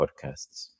podcasts